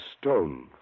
stone